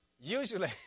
usually